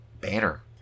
banner